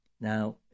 Now